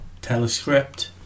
Telescript